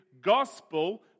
gospel